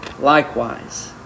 likewise